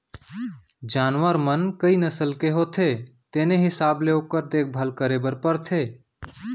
जानवर मन कई नसल के होथे तेने हिसाब ले ओकर देखभाल करे बर परथे